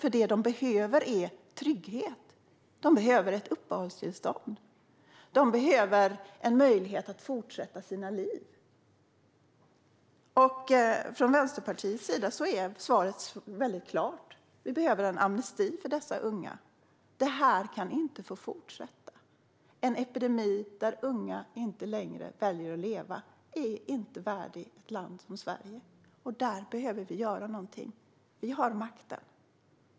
Det ungdomarna behöver är trygghet, ett uppehållstillstånd - en möjlighet att fortsätta sina liv. För Vänsterpartiet är svaret klart. Det behövs en amnesti för dessa unga. Detta kan inte fortsätta. En epidemi där unga inte längre väljer att leva är inte värdigt ett land som Sverige. Vi behöver göra någonting. Vi har makten.